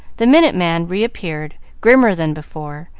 the minute man reappeared, grimmer than before.